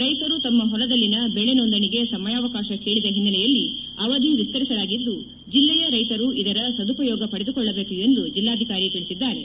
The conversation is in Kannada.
ರೈತರು ತಮ್ಮ ಹೊಲದಲ್ಲಿನ ಬೆಳೆ ನೋಂದಣಿಗೆ ಸಮಯಾವಕಾಶ ಕೇಳಿದ ಹಿನ್ನೆಲೆಯಲ್ಲಿ ಅವಧಿ ವಿಸ್ತರಿಸಲಾಗಿದ್ದು ಜಿಲ್ಲೆಯ ರೈತರು ಇದರ ಸದುಪಯೋಗ ಪಡೆದುಕೊಳ್ಳಬೇಕು ಎಂದು ಜಿಲ್ಲಾಧಿಕಾರಿ ತಿಳಿಸಿದ್ದಾರೆ